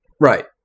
Right